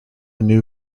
new